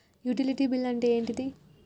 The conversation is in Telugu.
యుటిలిటీ బిల్ అంటే ఏంటిది?